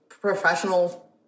professional